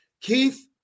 Keith